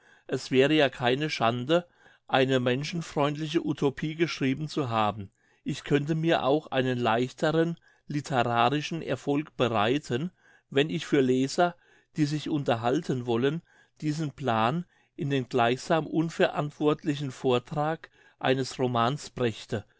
es wäre ja keine schande eine menschenfreundliche utopie geschrieben zu haben ich könnte mir auch einen leichteren literarischen erfolg bereiten wenn ich für leser die sich unterhalten wollen diesen plan in den gleichsam unverantwortlichen vortrag eines romans brächte